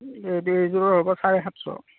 এইযোৰৰ হ'ব চাৰে সাতশ